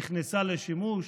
נכנסה לשימוש,